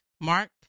Mark